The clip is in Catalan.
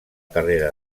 carrera